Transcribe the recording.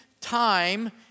time